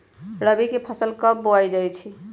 रबी की फसल कब बोई जाती है?